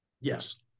Yes